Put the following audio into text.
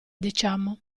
diciamo